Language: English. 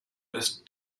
best